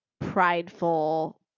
prideful